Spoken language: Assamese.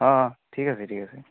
অ' অ' ঠিক আছে ঠিক আছে